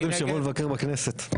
קודם שיבוא לבקר בכנסת.